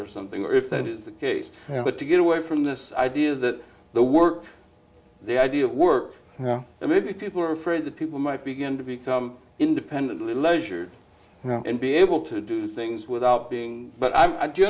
or something or if that is the case but to get away from this idea that the work the idea of work and maybe people are afraid that people might begin to become independently leisure and be able to do things without being but i